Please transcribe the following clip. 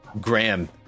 Graham